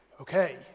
Okay